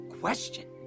question